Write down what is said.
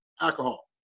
alcohol